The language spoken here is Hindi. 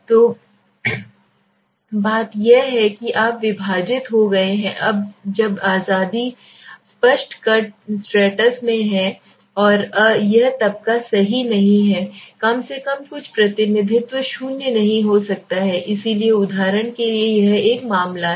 तो बात यह है कि आप विभाजित हो गए हैं जब आबादी कई स्पष्ट कट स्ट्रैटास में है और यह तबका सही नहीं है कम से कम कुछ प्रतिनिधित्व शून्य नहीं हो सकता है इसलिए उदाहरण के लिए यह एक मामला है